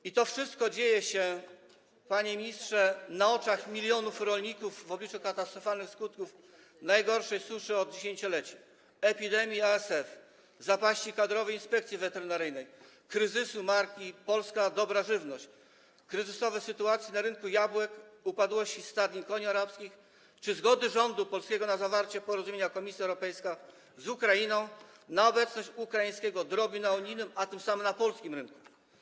I to wszystko dzieje się, panie ministrze, na oczach milionów rolników, w obliczu katastrofalnych skutków najgorszej suszy od dziesięcioleci, epidemii ASF, zapaści kadrowej w Inspekcji Weterynaryjnej, kryzysu marki: polska dobra żywność, kryzysowej sytuacji na rynku jabłek, upadłości stadnin koni arabskich czy zgody rządu polskiego na zawarcie porozumienia między Komisją Europejską a Ukrainą dotyczącego obecności ukraińskiego drobiu na unijnym, a tym samym na polskim, rynku.